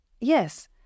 Yes